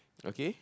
okay